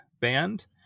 band